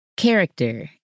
Character